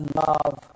love